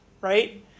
right